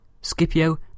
Scipio